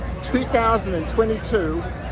2022